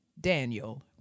Daniel